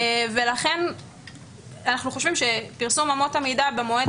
ולכן אנחנו חושבים שפרסום אמות המידה במועד